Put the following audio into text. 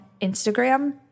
Instagram